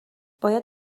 باید